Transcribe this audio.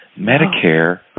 Medicare